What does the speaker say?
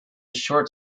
short